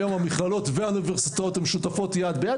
היום המכללות והאוניברסיטאות שותפות יד ביד.